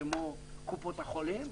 כמו קופות החולים,